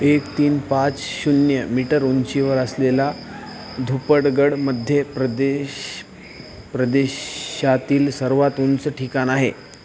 एक तीन पाच शून्य मीटर उंचीवर असलेला धूपगड मध्य प्रदेश प्रदेशातील सर्वात उंच ठिकाण आहे